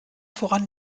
voran